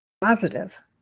positive